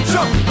Jump